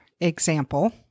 example